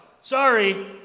Sorry